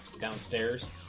downstairs